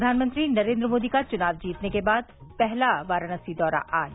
प्रधानमंत्री नरेन्द्र मोदी का चुनाव जीतने के बाद पहला वाराणसी दौरा आज